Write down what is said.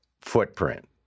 footprint